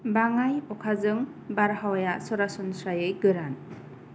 बाङाय अखाजों बारहावाया सरासनस्रायै गोरान